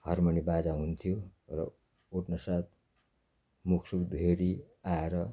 harmonium बाजा हुन्थ्यो र उठ्नसाथ मुखसुख धोइओरि आएर